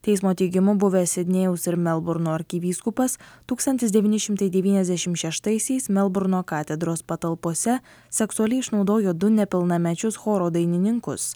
teismo teigimu buvęs sidnėjaus ir melburno arkivyskupas tūkstantis devyni šimtai devyniasdešimt šeštaisiais melburno katedros patalpose seksualiai išnaudojo du nepilnamečius choro dainininkus